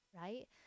right